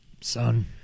son